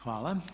Hvala.